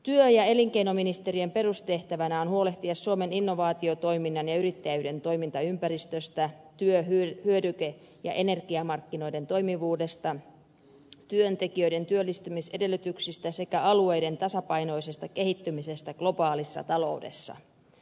työ ja elinkeinoministeriön perustehtävänä on huolehtia suomen innovaatiotoiminnan ja yrittäjyyden toimintaympäristöstä työ hyödyke ja energiamarkkinoiden toimivuudesta työntekijöiden työllistymisedellytyksistä sekä alueiden tasapainoisesta kehittymisestä globaalissa taloudessa